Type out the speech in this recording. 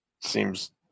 seems